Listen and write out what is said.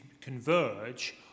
converge